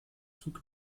zug